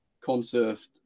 conserved